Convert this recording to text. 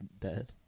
dead